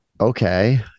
okay